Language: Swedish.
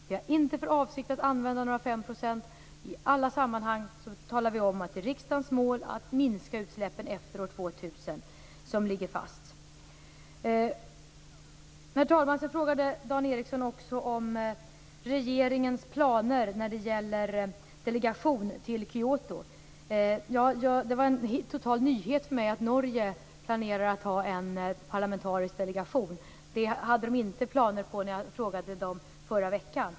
Vi har inte för avsikt att använda några fem procent. I alla sammanhang talar vi om att riksdagens mål att minska utsläppen efter år 2000 ligger fast. Herr talman! Dan Ericsson frågade också om regeringens planer när det gäller delegation till Kyoto. Det var en total nyhet för mig att Norge planerar att ha en parlamentarisk delegation. Några sådana planer fanns inte när jag frågade dem i förra veckan.